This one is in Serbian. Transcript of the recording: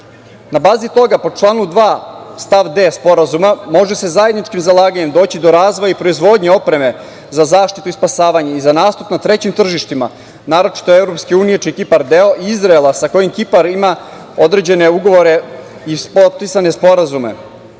bazi toga, po članu 2. stav 10 Sporazuma, može se zajedničkim zalaganjem doći do razvoja i proizvodnje opreme za zaštitu i spasavanje i za nastup na trećim tržištima, naročito EU, čiji je Kipar deo, Izraela, sa kojim Kipar ima određene ugovore i potpisane sporazume.